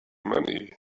money